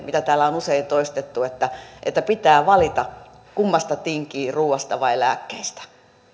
mitä täällä on usein toistettu että että pitää valita kummasta tinkii ruuasta vai lääkkeistä